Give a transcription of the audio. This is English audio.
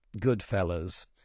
Goodfellas